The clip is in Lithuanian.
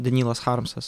denylas harmsas